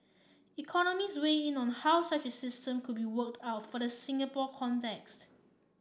economists weighed in on how such a system could be worked out for the Singapore context